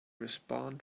respond